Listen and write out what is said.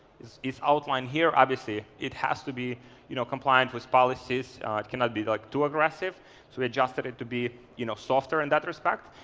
is is outlined here. obviously it has to be you know compliant with policies. it cannot be like too aggressive, so we adjusted it to be you know softer in that respect.